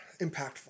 impactful